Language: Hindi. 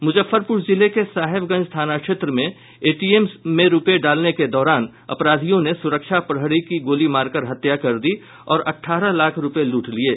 मुजफ्फरपुर जिले के साहेबगंज थाना क्षेत्र में एटीएम में रुपये डालने के दौरान अपराधियों ने सुरक्षा प्रहरी की गोली मारकर हत्या कर दी और अठारह लाख रुपये लूट लिये